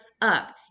up